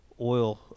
oil